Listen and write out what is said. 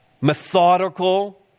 methodical